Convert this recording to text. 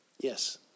yes